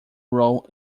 role